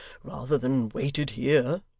rather than waited here